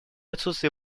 отсутствие